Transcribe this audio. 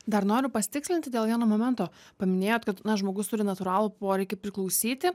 dar noriu pasitikslinti dėl vieno momento paminėjot kad na žmogus turi natūralų poreikį priklausyti